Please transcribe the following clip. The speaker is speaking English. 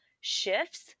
shifts